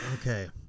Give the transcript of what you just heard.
Okay